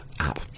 App